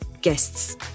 Guests